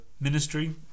ministry